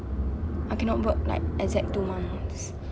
I cannot work like exact two months